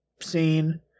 scene